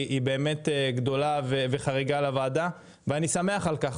באמת גדולה וחריגה לוועדה ואני שמח על כך,